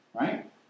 Right